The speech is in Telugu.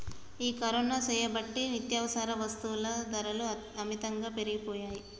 ఈ కరోనా సేయబట్టి నిత్యావసర వస్తుల ధరలు అమితంగా పెరిగిపోయాయి